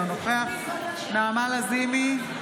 אינו נוכח נעמה לזימי,